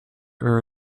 her